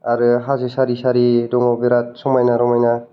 आरो हाजो सारि सारि दङ बिराद समायना रमायना